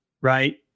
Right